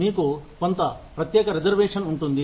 మీకు కొంత ప్రత్యేక రిజర్వేషన్ ఉంటుంది